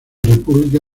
república